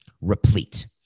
replete